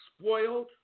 spoiled